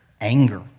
anger